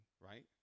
right